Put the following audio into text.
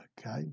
okay